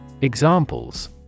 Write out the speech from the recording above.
Examples